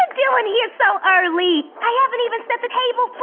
doin' here so early? i haven't even set the table